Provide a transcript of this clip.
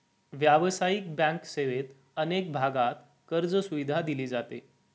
व्यावसायिक बँक सेवेत अनेक भागांत कर्जसुविधा दिली जाते